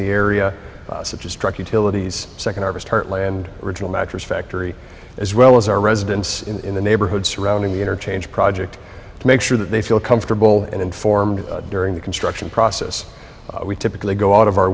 utilities second harvest heartland regional mattress factory as well as our residents in the neighborhood surrounding the interchange project to make sure that they feel comfortable and informed during the construction process we typically go out of our